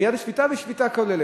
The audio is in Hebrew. ומייד יש שביתה ושביתה כוללת.